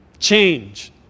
change